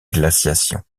glaciation